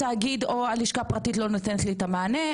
התאגיד או הלשכה הפרטית לא נותנת לי את המענה,